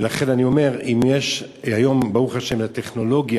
ולכן אני אומר, אם יש היום ברוך השם טכנולוגיה,